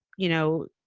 you know,